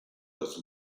was